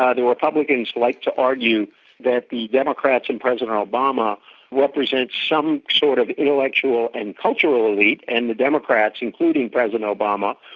ah the republicans like to argue that the democrats and president obama represent some sort of intellectual and cultural elite and the democrats, including president obama,